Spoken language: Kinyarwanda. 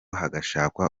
hagashakwa